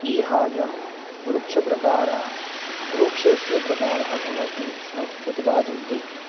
विहाय वृक्षप्रकाराः वृक्षस्य प्रकारः भवति सः उत्पाद्यते